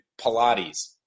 Pilates